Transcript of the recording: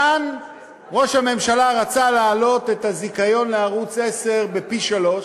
כאן ראש הממשלה רצה להעלות את הזיכיון לערוץ 10 פי-שלושה.